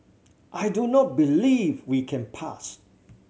I do not believe we can pass